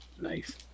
Nice